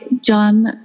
John